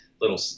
Little